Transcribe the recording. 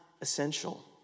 essential